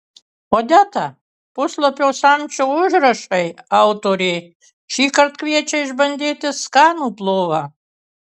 odeta puslapio samčio užrašai autorė šįkart kviečia išbandyti skanų plovą